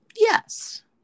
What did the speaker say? yes